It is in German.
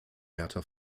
hertha